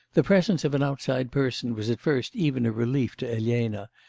the presence of an outside person was at first even a relief to elena,